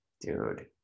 dude